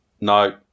No